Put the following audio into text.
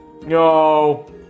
No